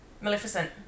Maleficent